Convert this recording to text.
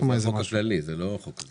זה לא החוק הזה.